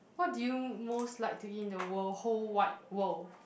what do you most like to eat in the world whole wide world